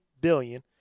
billion